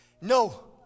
No